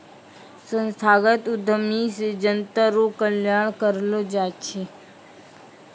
संस्थागत उद्यमी से जनता रो कल्याण करलौ जाय छै